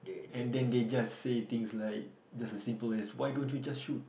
and then they just say things like just as simple as why do you just shoot